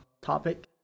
topic